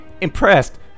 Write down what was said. impressed